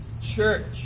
church